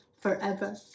forever